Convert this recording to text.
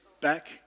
back